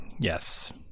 Yes